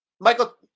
Michael